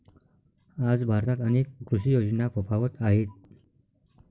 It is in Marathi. आज भारतात अनेक कृषी योजना फोफावत आहेत